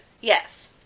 Yes